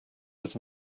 was